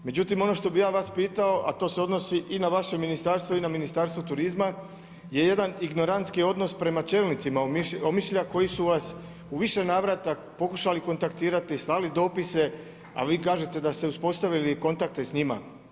Međutim ono što bih ja vas pitao, a to se odnosi i na vaše ministarstvo i na Ministarstvo turizma je jedan ignorantski odnos prema čelnicima Omišlja koji su vas u više navrata pokušali kontaktirati, slali dopise, a vi kažete da ste uspostavili kontakte s njima.